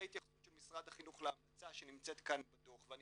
ההתייחסות של משרד החינוך להמלצה שנמצאת כאן בדו"ח ואני